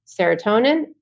serotonin